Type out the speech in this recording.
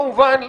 כמובן,